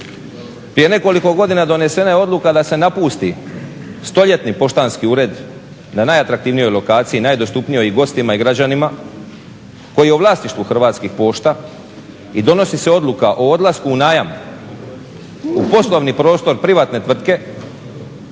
Prije nekoliko godina donesena je odluka da se napusti stoljetni poštanski ured na najatraktivnijoj lokaciji najdostupnijoj i gostima i građanima koji je u vlasništvu Hrvatskih pošta i donosi se odluka o odlasku u najam u poslovni prostor privatne tvrtke